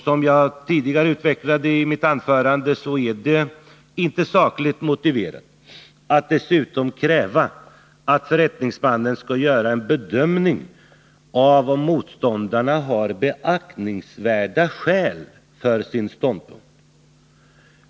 Som jag tidigare framhöll i mitt huvudanförande är det inte sakligt motiverat att dessutom kräva att förrättningsmännen skall göra en bedömning av om motståndarna har beaktansvärda skäl för sin ståndpunkt.